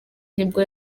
nibwo